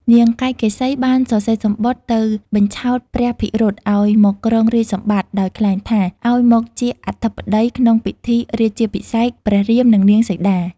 នាងកៃកេសីបានសរសេរសំបុត្រ ទៅបញ្ឆោតព្រះភិរុតឱ្យមកគ្រងរាជ្យសម្បត្តិ ដោយក្លែងថា ឱ្យមកជាអធិបតីក្នុងពិធីរាជាភិសេក ព្រះរាមនិងនាងសីតា។